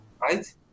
Right